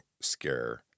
scare